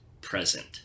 present